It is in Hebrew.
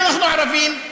אנחנו ערבים,